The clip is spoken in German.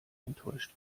enttäuscht